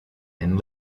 and